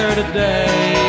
today